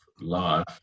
life